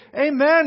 amen